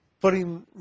putting